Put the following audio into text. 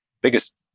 Biggest